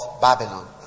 Babylon